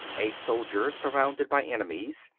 a soldier surrounded by enemies,